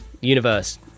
universe